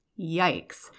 Yikes